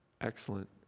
Excellent